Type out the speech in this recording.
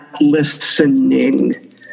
listening